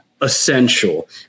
essential